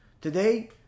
Today